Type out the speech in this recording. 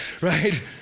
right